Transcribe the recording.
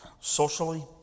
Socially